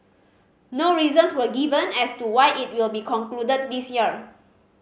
no reasons were given as to why it will be concluded this year